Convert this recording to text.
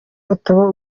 ataba